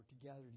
together